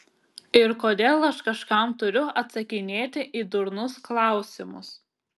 ir kodėl aš kažkam turiu atsakinėti į durnus klausimus